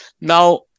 Now